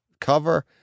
cover